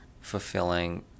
fulfilling